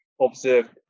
observed